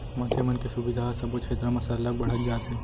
मनसे मन के सुबिधा ह सबो छेत्र म सरलग बढ़त जात हे